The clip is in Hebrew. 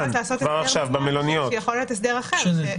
יכול להיות הסדר אחר.